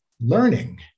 learning